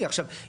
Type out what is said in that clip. ולכן